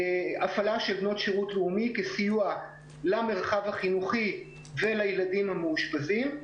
הפעלה של בנות שירות לאומי כסיוע למרחב החינוכי ולילדים המאושפזים.